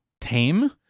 Tame